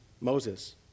Moses